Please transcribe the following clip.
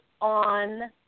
on